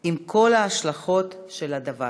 עם כל ההשלכות של הדבר.